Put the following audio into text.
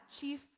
chief